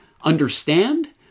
understand